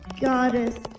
goddess